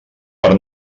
per